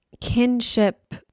kinship